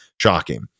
shocking